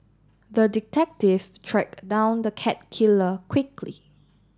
the detective tracked down the cat killer quickly